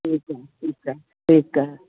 ठीकु आहे ठीकु आहे ठीकु आहे